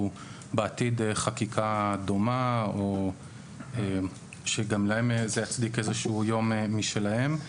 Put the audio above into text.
בעתיד חקיקה דומה או שגם להם זה יצדיק איזשהו יום משלהם.